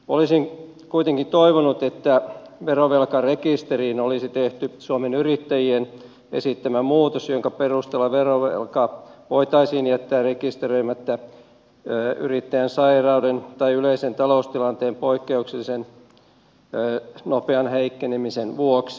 olisin kuitenkin toivonut että verovelkarekisteriin olisi tehty suomen yrittäjien esittämä muutos jonka perusteella verovelka voitaisiin jättää rekisteröimättä yrittäjän sairauden tai yleisen taloustilanteen poikkeuksellisen nopean heikkenemisen vuoksi